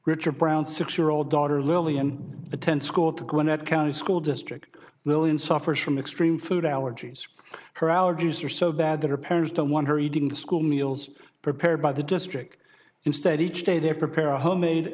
richard brown six year old daughter lillian attend school at the gwinnett county school district lilian suffers from extreme food allergies her allergies are so bad that her parents don't want her eating the school meals prepared by the district instead each day they prepare a homemade